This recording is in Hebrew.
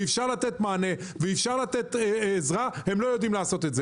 ושאפשר לתת בו מענה ועזרה הם לא יודעים לעשות.